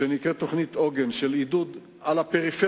שנקראת תוכנית עוגן לעידוד הפריפריה,